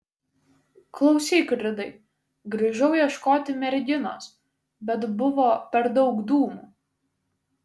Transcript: klausyk ridai grįžau ieškoti merginos bet buvo per daug dūmų